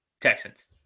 Texans